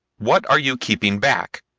what are you keeping back?